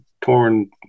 torn